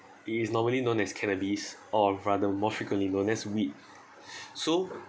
it is normally known as cannabis or rather more frequently known as weed so